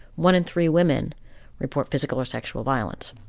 one in three women report physical or sexual violence.